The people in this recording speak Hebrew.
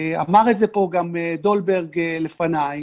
אמר את זה גם דולברג לפניי,